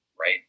Right